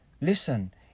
Listen